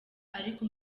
ariko